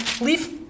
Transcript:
leaf